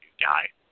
guy